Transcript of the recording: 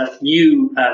new